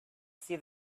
see